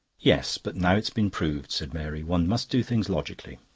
yes, but now it's been proved, said mary. one must do things logically.